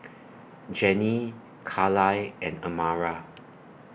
Jannie Carlisle and Amara